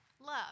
Love